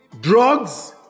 drugs